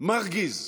מרגיז,